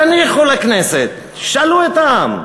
תניחו לכנסת, תשאלו את העם.